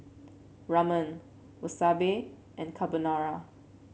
Ramen Wasabi and Carbonara